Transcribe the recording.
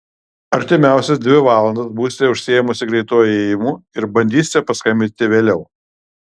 artimiausias dvi valandas būsite užsiėmusi greituoju ėjimu ir bandysite paskambinti vėliau